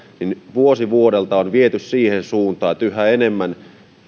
vuosi vuodelta on viety niitä siihen suuntaan että yhä enemmän